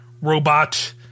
robot